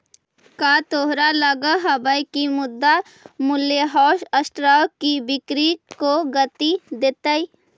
का तोहरा लगअ हवअ की मुद्रा मूल्यह्रास स्टॉक की बिक्री को गती देतई